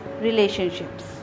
relationships